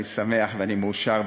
אני שמח ואני מאושר,